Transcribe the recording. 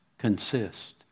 Consist